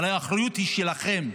אבל האחריות היא שלכם,